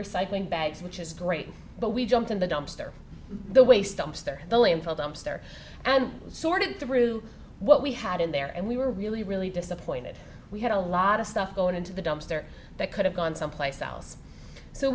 recycling bags which is great but we jumped in the dumpster the waste dumpster the landfill dumpster and sorted through what we had in there and we were really really disappointed we had a lot of stuff going into the dumpster that could have gone someplace else so